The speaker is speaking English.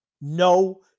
no